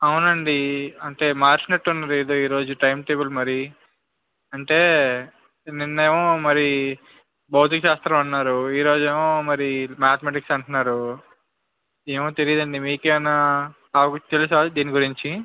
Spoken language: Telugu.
అవునండి అంటే మార్చినట్టు ఉంది ఏదో ఈరోజు టైం టేబుల్ మరి అంటే నిన్నేమో మరి భౌతిక శాస్త్రం అన్నారు ఈ రోజేమో మరి మ్యాథమెటిక్స్ అంటన్నారు ఏమో తెలియదండి మీకేమైనా తెలుసా దీని గురించి